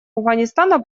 афганистана